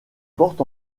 portes